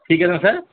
ٹھیک ہے نا سر